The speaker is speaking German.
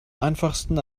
einfachsten